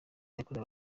yakorewe